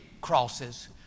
crosses